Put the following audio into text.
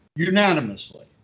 unanimously